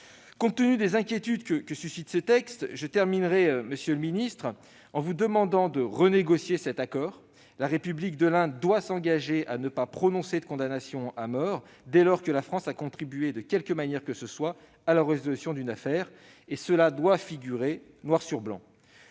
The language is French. Compte tenu des inquiétudes que suscite ce texte, monsieur le secrétaire d'État, je conclus mon propos en vous demandant de renégocier cet accord. La République de l'Inde doit s'engager à ne pas prononcer de condamnation à mort dès lors que la France a contribué de quelque manière que ce soit à la résolution d'une affaire. Cela doit figurer noir sur blanc.